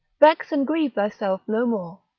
vex and grieve thyself no more,